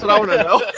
um i wanna know.